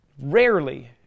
Rarely